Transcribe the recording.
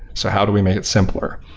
so how did we made it simpler?